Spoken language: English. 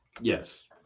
Yes